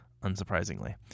unsurprisingly